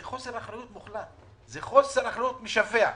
זה חוסר אחריות מוחלט, זה חוסר אחריות משווע.